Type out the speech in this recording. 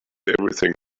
everything